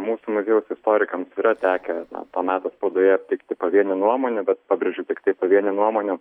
mūsų muziejaus istorikams yra tekę to meto spaudoje aptikti pavienių nuomonių bet pabrėžiu tiktai pavienių nuomonių